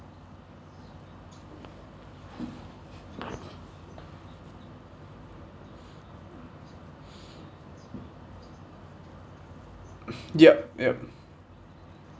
yup yup